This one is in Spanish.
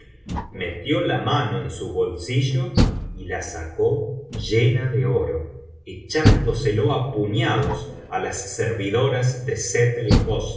metió la mano en su bolsillo y la sacó llena de oro echándoselo á puñados á las servidoras de sett